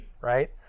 right